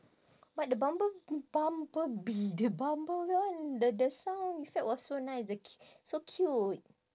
but the bumble bumblebee the bumble kan the the sound effect was so nice the cu~ so cute